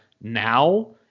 now